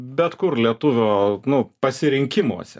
bet kur lietuvio nu pasirinkimuose